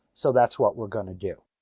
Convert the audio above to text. so that's what we're going to do.